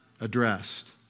addressed